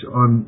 on